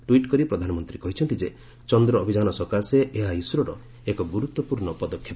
tweet କରି ପ୍ରଧାନମନ୍ତ୍ରୀ କହିଛନ୍ତି ଯେ ଚନ୍ଦ୍ର ଅଭିଯାନ ସକାଶେ ଏହା ଇସ୍ରୋର ଏକ ଗୁରୁତ୍ୱପୂର୍ଣ୍ଣ ପଦକ୍ଷେପ